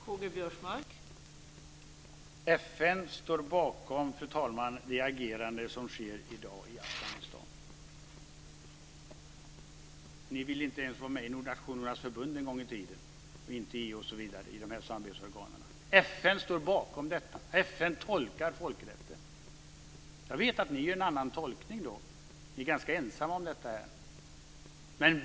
Fru talman! FN står bakom det agerande som sker i dag i Afghanistan. Ni ville inte ens vara med i Nationernas Förbund en gång i tiden och inte heller i EU och andra samarbetsorgan. FN står bakom detta, och FN tolkar folkrätten. Jag vet att ni gör en annan tolkning, men ni är ganska ensamma om den.